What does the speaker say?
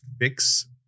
fix